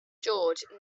george